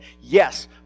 yes